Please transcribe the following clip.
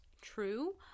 true